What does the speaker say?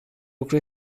lucru